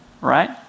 right